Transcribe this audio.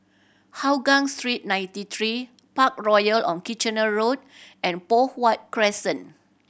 Hougang Street Ninety Three Parkroyal on Kitchener Road and Poh Huat Crescent